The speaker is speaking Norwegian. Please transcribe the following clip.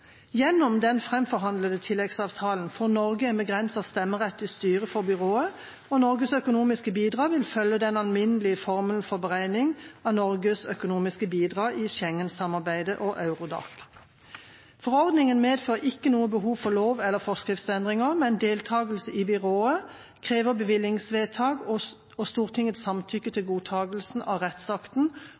Gjennom den framforhandlede tilleggsavtalen får Norge en begrenset stemmerett i styret for Byrået, og Norges økonomiske bidrag vil følge den alminnelige formelen for beregning av Norges økonomiske bidrag i Schengen-samarbeidet og Eurodac. Forordningen medfører ikke noe behov for lov- eller forskriftsendringer, men deltakelse i Byrået krever bevilgningsvedtak og Stortingets samtykke til godtakelsen av rettsakten,